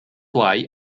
why